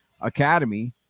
academy